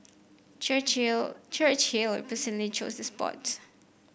Churchill Churchill personally chose the spot